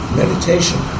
meditation